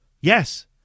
Yes